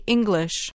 English